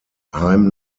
heim